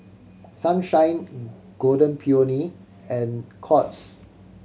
Sunshine Golden Peony and Courts